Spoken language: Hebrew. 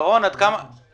היא דחופה בעיניך?